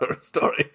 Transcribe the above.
Story